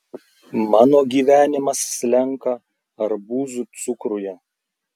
mano gyvenimas slenka arbūzų cukruje